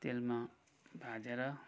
तेलमा भाजेर